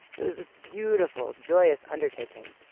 it was this beautiful, joyous undertaking,